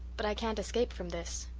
but i can't escape from this.